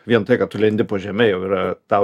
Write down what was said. vien tai kad tu lendi po žeme jau yra tau